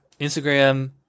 Instagram